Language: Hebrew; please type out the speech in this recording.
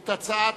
אני קובע שהצעת